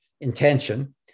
intention